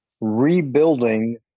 rebuilding